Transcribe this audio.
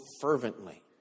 fervently